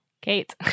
Kate